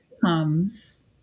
comes